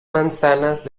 manzanas